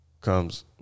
comes